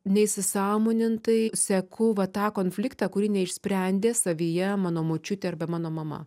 neįsisąmonintai seku va tą konfliktą kurį neišsprendė savyje mano močiutė arba mano mama